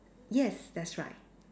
yes that's right